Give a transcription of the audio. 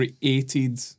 created